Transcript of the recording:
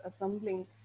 assembling